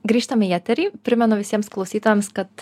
grįžtame į eterį primenu visiems klausytojams kad